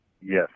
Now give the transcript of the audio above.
yes